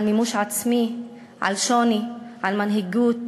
על מימוש עצמי, על שוני, על מנהיגות,